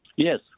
Yes